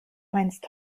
meinst